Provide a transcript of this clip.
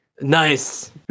Nice